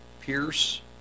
Pierce